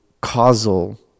causal